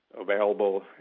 available